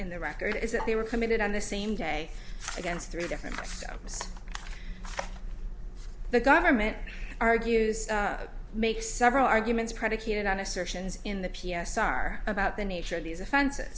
in the record is that they were committed on the same day against three different so the government argues makes several arguments predicated on assertions in the p s r about the nature of these offens